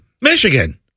Michigan